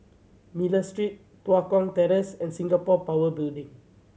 Miller Street Tua Kong Terrace and Singapore Power Building